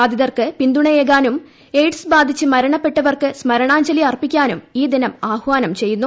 ബാധിതർക്ക് പിന്തുണയേകാനും എയ്ഡ്സ് ബാധിച്ച് മരണപ്പെട്ടവർക്ക് സ്മരണാഞ്ജലി അർപ്പിക്കാനും ഈ ദിനം ആഹ്വാനം ചെയ്യുന്നു